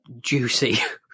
juicy